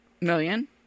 million